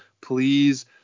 Please